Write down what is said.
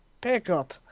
pickup